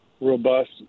robust